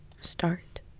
start